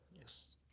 Yes